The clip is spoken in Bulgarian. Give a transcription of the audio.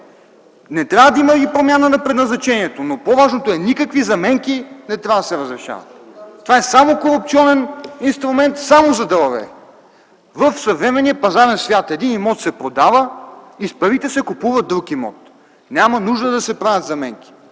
Не трябва да има и промяна на предназначението, но по-важното е, че не трябва да се разрешават никакви заменки. Това е корупционен инструмент само за далавери. В съвременния пазарен свят един имот се продава и с парите се купува друг имот. Няма нужда да се правят заменки.